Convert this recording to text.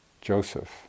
joseph